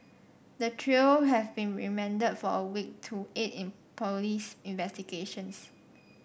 the trio have been remanded for a week to aid in police investigations